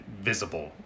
visible